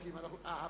אה.